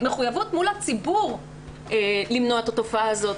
מחויבות מול הציבור למנוע את התופעה הזאת.